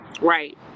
Right